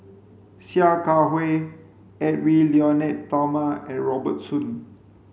Sia Kah Hui Edwy Lyonet Talma and Robert Soon